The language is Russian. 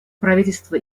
правительство